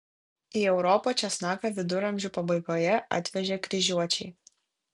į europą česnaką viduramžių pabaigoje atvežė kryžiuočiai